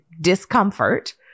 discomfort